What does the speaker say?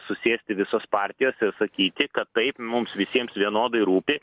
susėsti visos partijos ir sakyti kad taip mums visiems vienodai rūpi